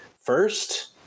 first